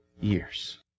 years